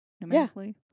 Numerically